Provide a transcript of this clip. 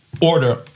order